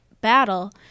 battle